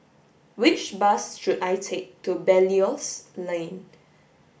which bus should I take to Belilios Lane